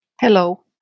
Hello